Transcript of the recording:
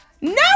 No